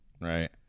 right